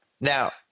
now